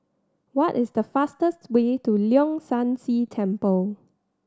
what is the fastest way to Leong San See Temple